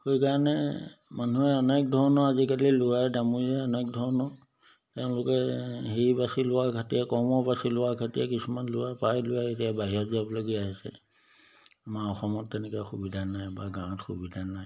সেইকাৰণে মানুহে অনেক ধৰণৰ আজিকালি ল'ৰা দামুৰিয়ে অনেক ধৰণৰ তেওঁলোকে হেৰি বাচি লোৱাৰ খাতিৰত কৰ্ম বাচি লোৱা খাতিৰত কিছুমান ল'ৰা প্ৰায় ল'ৰাই এতিয়া বাহিৰত যাবলগীয়া হৈছে আমাৰ অসমত তেনেকৈ সুবিধা নাই বা গাঁৱত সুবিধা নাই